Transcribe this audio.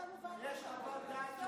לא עומד בזמנים,